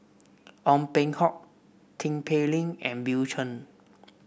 Ong Peng Hock Tin Pei Ling and Bill Chen